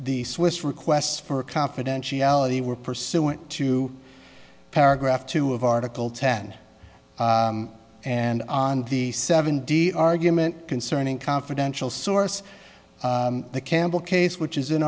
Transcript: the swiss requests for confidentiality were pursuant to paragraph two of article ten and on the seven day argument concerning confidential source the campbell case which is in